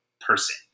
person